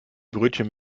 brötchen